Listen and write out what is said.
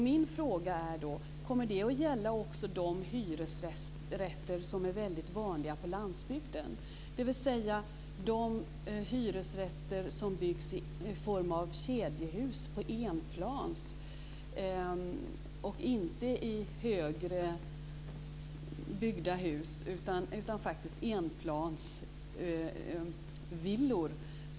Min fråga är: Kommer det att gälla också de hyresrätter som är väldigt vanliga på landsbygden, dvs. de hyresrätter som byggs i form av kedjehus med ett plan, alltså inte i högre byggda hus utan faktiskt som enplansvillor?